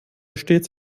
stets